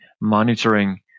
monitoring